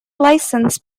licence